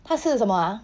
他是什么啊